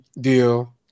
deal